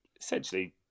Essentially